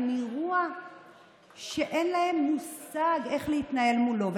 אירוע שאין להם מושג איך להתנהל מולו.